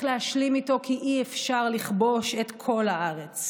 להשלים איתו כי אי-אפשר לכבוש את כל הארץ,